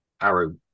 arrow